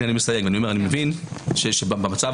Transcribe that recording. אני מבין שזו